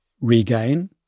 regain